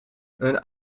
een